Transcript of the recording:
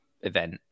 event